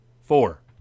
four